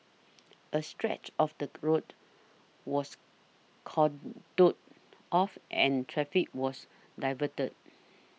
a stretch of the road was cordoned off and traffic was diverted